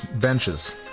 benches